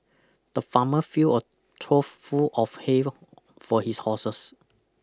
the farmer fill a trough full of hay for his horses